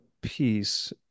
piece